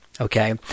okay